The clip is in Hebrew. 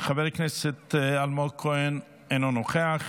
חבר הכנסת אלמוג כהן, אינו נוכח,